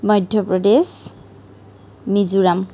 Madhya Pradesh Mizoram